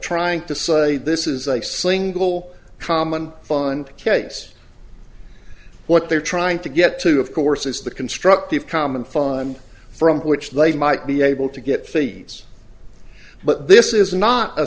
trying to say this is a single common fund case what they're trying to get to of course is the constructive common fund from which they might be able to get feeds but this is not a